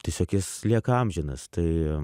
tiesiog jis lieka amžinas tai